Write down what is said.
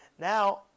Now